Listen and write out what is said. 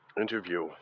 interview